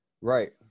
right